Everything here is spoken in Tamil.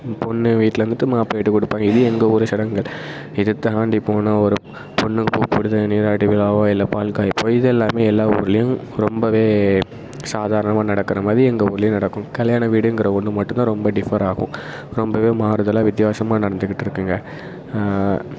பொண்ணுவீட்டில இருந்துட்டு மாப்பிள்ள வீட்டுக்கு கூப்பிட்டு போவாங்க இது எங்கள் ஊர் சடங்குகள் இதைத்தாண்டிப் போனால் ஒரு பொண்ணுக்கு பூப்புனித நீராட்டுவிழாவோ இல்லை பால்காய்ப்பு இதெல்லாமே எல்லா ஊர்லேயும் ரொம்பவே சாதாரணமாக நடக்கிறமாரி எங்கள் ஊர்லேயும் நடக்கும் கல்யாண வீடுங்கிற ஒன்று மட்டுந்தான் ரொம்ப டிஃபர் ஆகும் ரொம்பவே மாறுதலாக வித்தியாசமாக நடந்துக்கிட்டு இருக்குதுங்க